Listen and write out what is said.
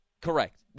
Correct